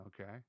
Okay